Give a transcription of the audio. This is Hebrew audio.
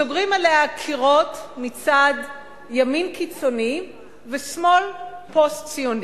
סוגרים עליה קירות מצד ימין קיצוני ושמאל פוסט-ציוני,